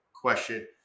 question